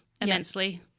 immensely